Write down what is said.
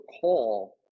call